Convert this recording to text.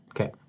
Okay